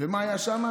מה היה שם?